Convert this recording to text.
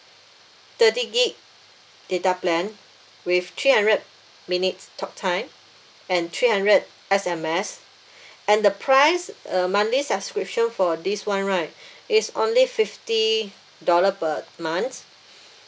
thirty gig data plan with three hundred minutes talk time and three hundred S_M_S and the price uh monthly subscription for this [one] right is only fifty dollar per month